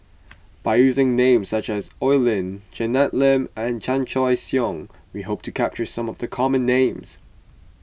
by using names such as Oi Lin Janet Lim and Chan Choy Siong we hope to capture some of the common names